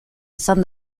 izan